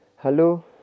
Hello